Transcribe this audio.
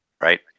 Right